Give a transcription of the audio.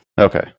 Okay